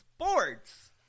sports